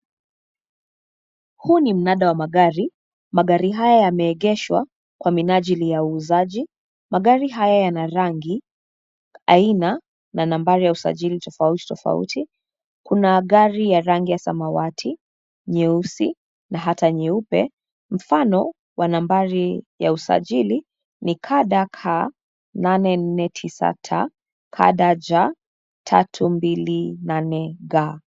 Huu ni mnada wa magari, Magari haya yameegeshwa kwa minaajili ya uuzaji. Magari haya yana rangi, aina na nambari ya usajili tofauti, tofauti. Kuna gari ya rangi ya samawati, nyeusi, na hata nyeupe mfano wa nambari ya usajili ni KDK 849T , KDJ 328G .